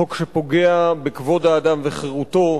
חוק שפוגע בכבוד האדם וחירותו,